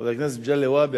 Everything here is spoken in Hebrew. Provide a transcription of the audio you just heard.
חבר הכנסת מגלי והבה,